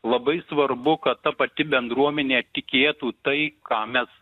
labai svarbu kad ta pati bendruomenė tikėtų tai ką mes